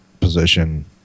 position